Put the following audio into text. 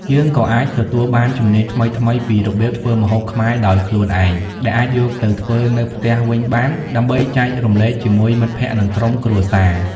យើងក៏អាចទទួលបានជំនាញថ្មីៗពីរបៀបធ្វើម្ហូបខ្មែរដោយខ្លួនឯង ដែលអាចយកទៅធ្វើនៅផ្ទះវិញបាន ដើម្បីចែករំលែកជាមួយមិត្តភក្តិ និងក្រុមគ្រួសារ ។